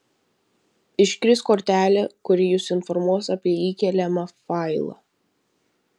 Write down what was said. iškris kortelė kuri jus informuos apie įkeliamą failą